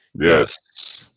Yes